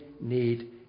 need